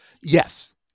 Yes